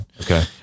Okay